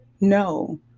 No